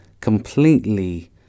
completely